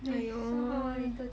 !aiyo!